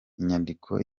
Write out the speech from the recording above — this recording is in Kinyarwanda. inyandiko